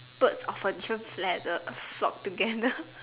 birds of a different feather flock together